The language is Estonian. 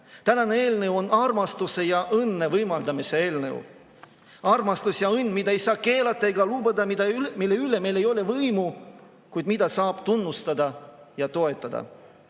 Tänane eelnõu on armastuse ja õnne võimaldamise eelnõu. Armastus ja õnn, mida ei saa keelata ega lubada, mille üle meil ei ole võimu, kuid mida saab tunnustada ja toetada.